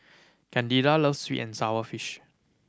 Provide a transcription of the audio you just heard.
Candida loves sweet and sour fish